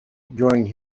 during